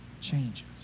changes